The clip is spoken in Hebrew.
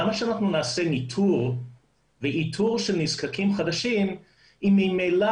למה שאנחנו נעשה ניתור ואיתור של נזקקים חדשים אם ממילא